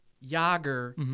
Yager